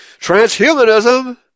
transhumanism